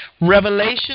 Revelation